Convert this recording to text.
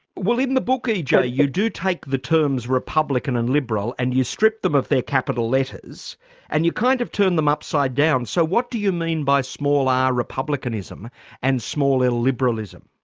well in the book ej ah you do take the terms republican and liberal and you strip them of their capital letters and you kind of turn them upside down. so what do you mean by small r republicanism and small l liberalism?